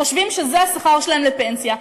חושבים שזה השכר שלהם לפנסיה,